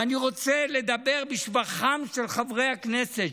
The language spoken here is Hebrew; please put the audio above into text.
ואני רוצה לדבר בשבחם של חברי הכנסת,